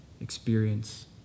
experience